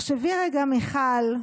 תחשבי רגע, מיכל,